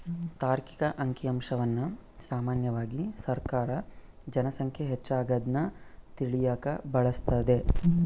ತಾರ್ಕಿಕ ಅಂಕಿಅಂಶವನ್ನ ಸಾಮಾನ್ಯವಾಗಿ ಸರ್ಕಾರ ಜನ ಸಂಖ್ಯೆ ಹೆಚ್ಚಾಗದ್ನ ತಿಳಿಯಕ ಬಳಸ್ತದೆ